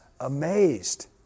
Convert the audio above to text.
amazed